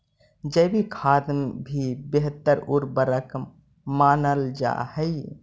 जैविक खाद भी बेहतर उर्वरक मानल जा हई